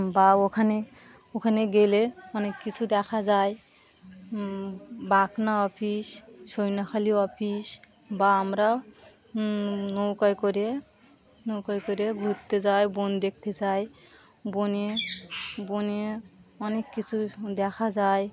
বা ওখানে ওখানে গেলে অনেক কিছু দেখা যায় বাকনা অফিস সৈন্যখালী অফিস বা আমরা নৌকায় করে নৌকায় করে ঘুরতে যাই বন দেখতে যাই বনে বনে অনেক কিছু দেখা যায়